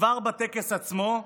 כבר בטקס עצמו,